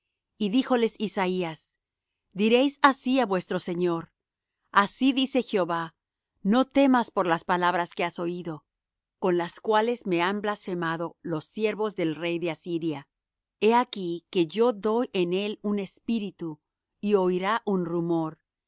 y díjoles isaías diréis así á vuestro señor así dice jehová no temas por las palabras que has oído con las cuales me han blasfemado los siervos del rey de asiria he aquí que yo doy en él un espíritu y oirá un rumor